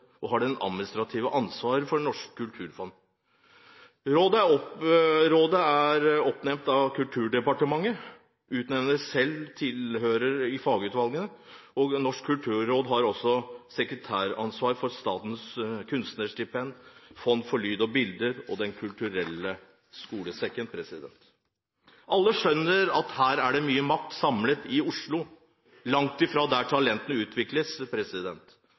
og har det administrative ansvaret for Norsk kulturfond. Rådet er oppnevnt av Kulturdepartementet og utnevner selv tilhørende fagutvalg. Norsk kulturråd har også sekretariatsansvar for statens kunstnerstipend, Fond for lyd og bilde og Den kulturelle skolesekken. Alle skjønner at her er det mye makt samlet i Oslo, langt fra der talentene utvikles.